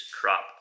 crop